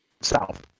south